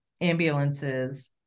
ambulances